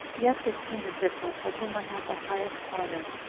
yet did king agrippa, for whom i have the highest honor,